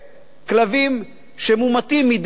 כלבים שמומתים מדי שנה